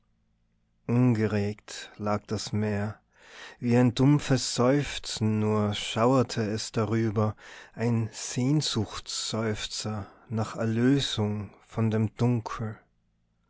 ungeregt lag das meer wie ein dumpfes seufzen nur schauerte es darüber ein sehnsuchtsseufzer nach erlösung von dem dunkel